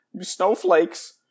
Snowflakes